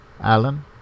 Alan